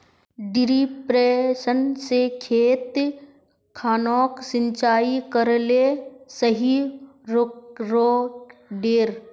डिरिपयंऋ से खेत खानोक सिंचाई करले सही रोडेर?